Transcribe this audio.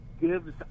gives